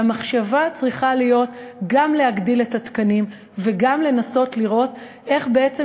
המחשבה צריכה להיות גם להגדיל את מספר התקנים וגם לנסות לראות איך בעצם